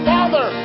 Father